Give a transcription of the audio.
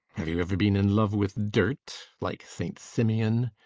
have you ever been in love with dirt, like st simeon?